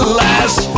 last